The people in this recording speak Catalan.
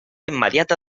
immediata